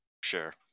Sure